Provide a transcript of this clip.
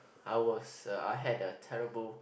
I was uh I had a terrible